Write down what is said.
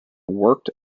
worked